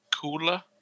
cooler